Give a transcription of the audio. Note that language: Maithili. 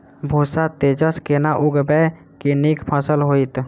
पूसा तेजस केना उगैबे की नीक फसल हेतइ?